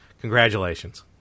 Congratulations